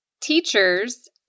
Teachers